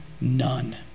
none